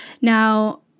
Now